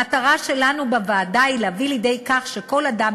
המטרה שלנו בוועדה היא להביא לידי כך שכל אדם,